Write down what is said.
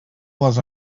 les